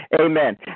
Amen